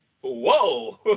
Whoa